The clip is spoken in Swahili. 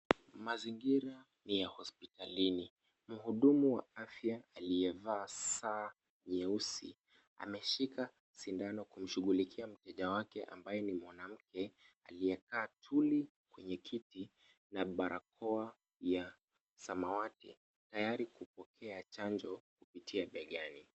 Mazingira ni ya hospitalini. Mhudumu wa afya aliyevaa saa nyeusi, ameshika sindano kumshughulikia mteja wake ambaye ni mwanamke, aliyekaa tuli kwenye kiti, na barakoa ya samawati, tayari kupokea chanjo begani.